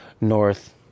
north